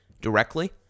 directly